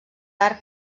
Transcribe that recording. arc